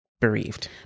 bereaved